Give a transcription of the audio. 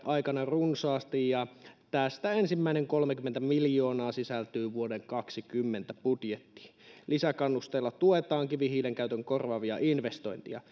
aikana runsaasti ja tästä ensimmänen kolmekymmentä miljoonaa sisältyy vuoden kaksikymmentä budjettiin lisäkannusteilla tuetaan kivihiilen käytön korvaavia investointeja